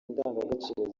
indangagaciro